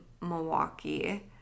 Milwaukee